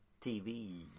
TV